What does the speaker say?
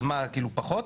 אז מה כאילו פחות?